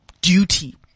duty